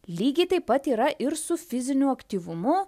lygiai taip pat yra ir su fiziniu aktyvumu